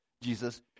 Jesus